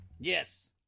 Yes